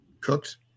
cooked